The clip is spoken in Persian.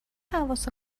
حواس